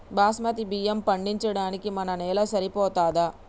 బాస్మతి బియ్యం పండించడానికి మన నేల సరిపోతదా?